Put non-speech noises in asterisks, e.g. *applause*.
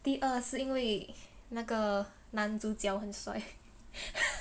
第二是因为那个男主角很帅 *laughs*